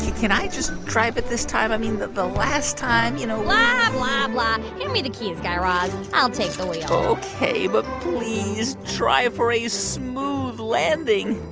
can i just drive it this time? i mean, but the last time, you know. blah, blah, blah. hand me the keys, guy raz. i'll take the wheel ok. but please least try for a smooth landing